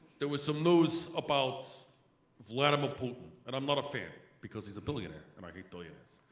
there was some news about vladimir putin and i'm not a fan because he's a billionaire and i hate billionaires.